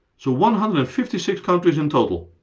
so one hundred and fifty six countries in total.